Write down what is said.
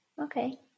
Okay